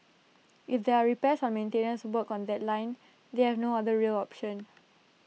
if there are repairs or maintenance work on that line they have no other rail option